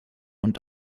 und